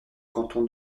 canton